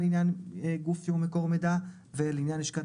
לעניין גוף -- -מקור המידע ולעניין לשכת